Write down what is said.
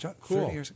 Cool